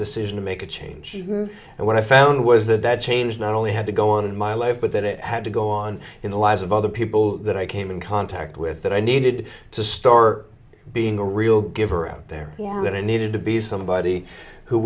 decision to make a change and what i found was that that change not only had to go on in my life but that it had to go on in the lives of other people that i came in contact with that i needed to store being a real giver out there or that i needed to be somebody who